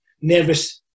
nervous